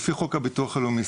לפי חוק הביטוח הלאומי,